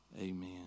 amen